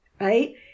right